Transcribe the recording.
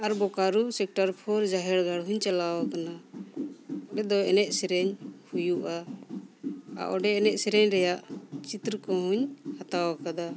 ᱟᱨ Bokaro sector four ᱡᱟᱦᱮᱨ ᱜᱟᱲ ᱦᱚᱧ ᱪᱟᱞᱟᱣ ᱠᱟᱱᱟ ᱚᱸᱰᱮ ᱫᱚ ᱮᱱᱮᱡ ᱥᱮᱨᱮᱧ ᱦᱩᱭᱩᱜᱼᱟ ᱟᱨ ᱚᱸᱰᱮ ᱮᱱᱮᱡ ᱥᱮᱨᱮᱧ ᱨᱮᱭᱟᱜ ᱪᱤᱛᱟᱹᱨ ᱠᱚᱦᱚᱧ ᱦᱟᱛᱟᱣ ᱟᱠᱟᱫᱟ